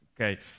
Okay